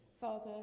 Father